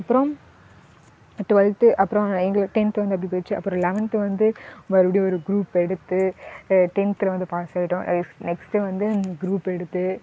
அப்புறம் டுவெல்த்து அப்புறம் எங்களை டென்த் வந்து அப்படி போய்ருச்சு அப்புறம் லெவன்த்து வந்து மறுபடியும் ஒரு க்ரூப் எடுத்து டென்த்தில் வந்து பாஸ் ஆகிட்டோம் நெக்ஸ் நெக்ஸ்ட் வந்து க்ரூப் எடுத்து